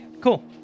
Cool